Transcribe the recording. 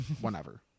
whenever